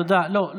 לא.